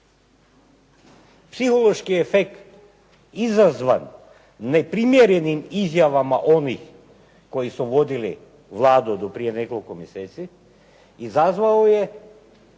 Psihološki efekt izazvan neprimjerenim izjavama onih koji su vodili Vladu do prije nekoliko mjeseci izazvao je